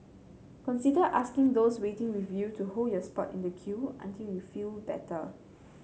consider asking those waiting with you to hold your spot in the queue until you feel better